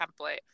template